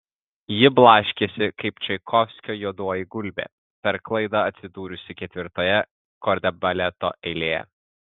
ji blaškėsi kaip čaikovskio juodoji gulbė per klaidą atsidūrusi ketvirtoje kordebaleto eilėje